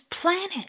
planet